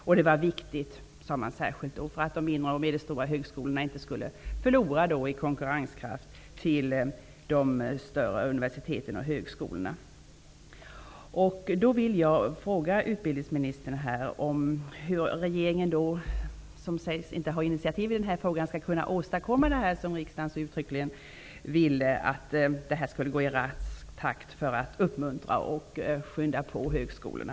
Det sades särskilt att det var viktigt för att de mindre och medelstora högskolorna inte skulle förlora i konkurrenskraft i förhållande till de större universiteten och högskolorna. Jag vill ställa en fråga till utbildningsministern: Hur skall regeringen -- som inte sägs ha initiativet i den här frågan -- kunna åstadkomma det som riksdagen uttryckligen uttalat, dvs. att prövningen skall gå i rask takt för att uppmuntra och skynda på högskolorna?